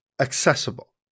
accessible